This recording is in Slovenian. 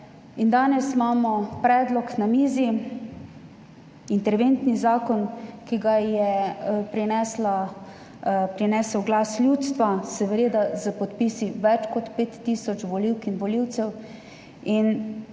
danes imamo na mizi predlog interventnega zakona, ki ga je prinesel Glas ljudstva, seveda s podpisi več kot pet tisoč volivk in volivcev.